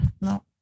No